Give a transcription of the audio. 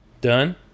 Done